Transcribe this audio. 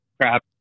crap